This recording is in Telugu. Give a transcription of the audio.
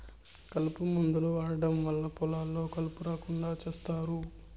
కలుపు మందులను వాడటం వల్ల పొలాల్లో కలుపు రాకుండా చేత్తారు